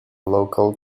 local